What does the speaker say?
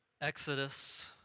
Exodus